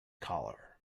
collar